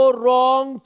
wrong